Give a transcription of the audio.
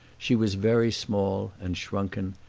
she was very small and shrunken,